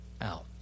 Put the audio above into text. out